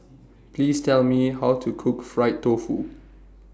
Please Tell Me How to Cook Fried Tofu